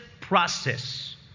process